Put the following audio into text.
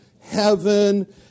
heaven